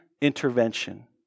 intervention